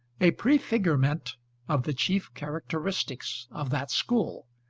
a prefigurement of the chief characteristics of that school,